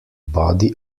body